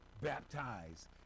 baptized